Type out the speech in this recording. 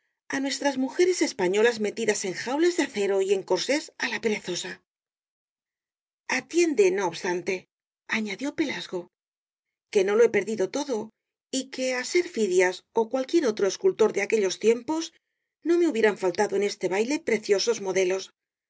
á nuestras mujeres españolas metidas en jaulas de acero y en corsés á la perezosa el caballero de las botas azules atiende no obstante añadió pelasgo que no lo he perdido todo y que á ser fidias ó cualquier otro escultor de aquellos tiempos no me hubieran faltado en este baile preciosos modelos